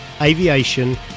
aviation